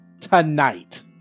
tonight